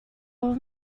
all